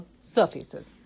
surfaces